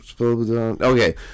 okay